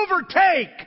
overtake